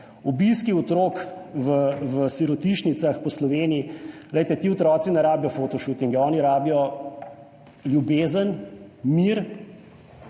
obiski otrok v sirotišnicah po Sloveniji, glejte, ti otroci ne rabijo fotoshootinge, oni rabijo ljubezen, mir,